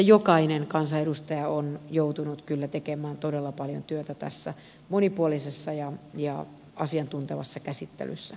jokainen kansanedustaja on joutunut kyllä tekemään todella paljon työtä tässä monipuolisessa ja asiantuntevassa käsittelyssä